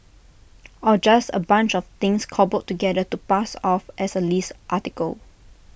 or just A bunch of things cobbled together to pass off as A list article